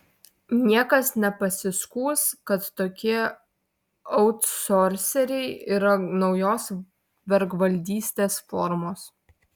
niekas nepasiskųs kad tokie autsorseriai yra naujos vergvaldystės formos